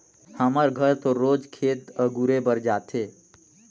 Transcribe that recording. हमर घर तो रोज खेत अगुरे बर जाथे